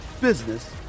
business